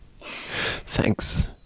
Thanks